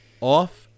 off